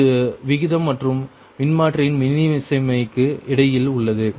இது விகிதம் மற்றும் மின்மாற்றியின் மின்னிசைமைக்கு இடையில் உள்ளது